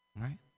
right